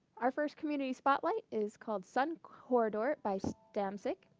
our first community spotlight is called sun corridor by stamsich.